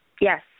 Yes